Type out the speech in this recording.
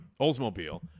Oldsmobile